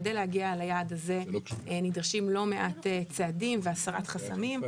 כדי להגיע ליעד הזה נדרשים לא מעט צעדים והסרת חסמים.